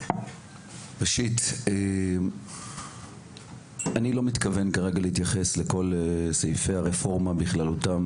ראשית אני לא מתכוון כרגע להתייחס לכל סעיפי הרפורמה בכללותם,